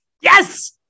Yes